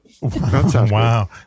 Wow